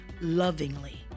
lovingly